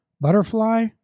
butterfly